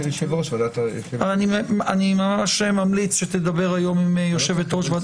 אני ממש ממליץ שתדבר היום עם יושבת-ראש הוועדה.